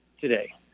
today